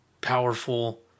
powerful